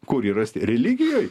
kur yra religijoj